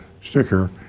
sticker